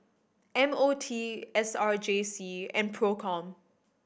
M O T S R J C and Procom